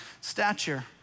stature